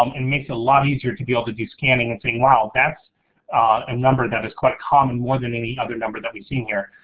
um and makes it a lot easier to be able to do scanning and saying, wow, that's a number that is quite common more than any other number that we've seen here.